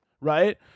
right